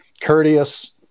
courteous